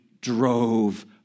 drove